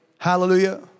Hallelujah